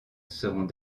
seront